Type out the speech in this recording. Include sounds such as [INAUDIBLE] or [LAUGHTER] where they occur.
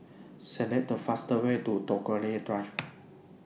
Select The fastest Way to Tagore Drive [NOISE]